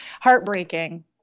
heartbreaking